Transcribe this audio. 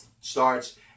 starts